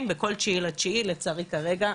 קמפיין בכל 09.09, ולצערי כרגע,